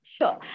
Sure